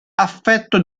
affetto